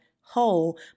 whole